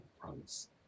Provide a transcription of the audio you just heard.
promise